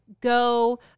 go